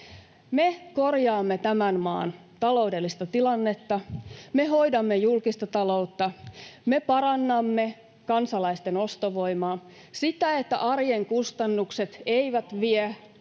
Me korjaamme tämän maan taloudellista tilannetta, me hoidamme julkista taloutta, me parannamme kansalaisten ostovoimaa, että arjen kustannukset eivät vie palkasta